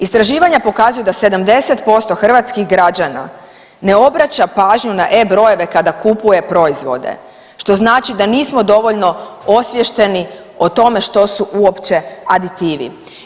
Istraživanja pokazuju da 70% hrvatskih građana ne obraća pažnju na E brojeve kada kupuje proizvode, što znači da nismo dovoljno osviješteni o tome što su uopće aditivi.